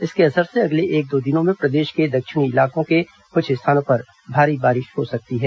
इसके असर से अगले एक दो दिनों में प्रदेश के दक्षिणी इलाकों के कुछ स्थानों पर भारी बारिश हो सकती है